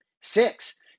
Six